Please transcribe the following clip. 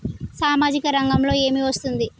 సామాజిక రంగంలో ఏమి వస్తుంది?